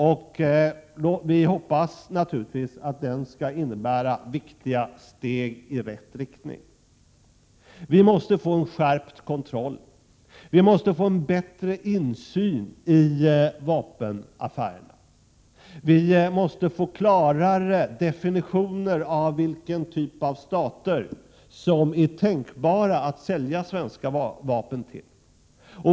Låt oss hoppas att den skall innebära viktiga steg i rätt riktning. Vi måste få till stånd en skärpt kontroll och en bättre insyn i vapenaffärerna. Vi måste få klarare definitioner av vilken typ av stater som är tänkbara som köpare av svenska vapen.